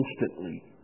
instantly